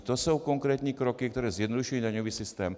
To jsou konkrétní kroky, které zjednodušují daňový systém.